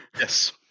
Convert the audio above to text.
yes